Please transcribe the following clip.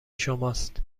شماست